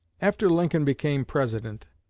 after lincoln became president,